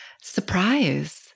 Surprise